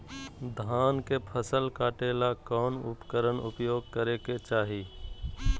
धान के फसल काटे ला कौन उपकरण उपयोग करे के चाही?